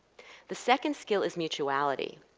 the second skill is mutuality.